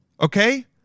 Okay